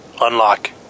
unlock